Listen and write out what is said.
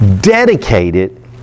dedicated